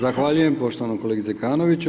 Zahvaljujem poštovanom kolegi Zekanoviću.